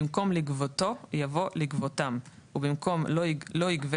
במקום "לגבותו" יבוא "לגבותם" ובמקום "לא ייגבה